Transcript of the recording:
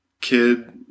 kid